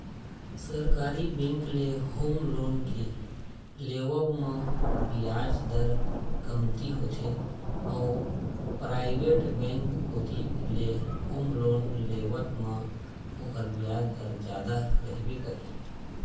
सरकारी बेंक ले home loan के लेवब म बियाज दर कमती होथे अउ पराइवेट बेंक कोती ले होम लोन लेवब म ओखर बियाज दर जादा रहिबे करही